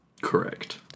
Correct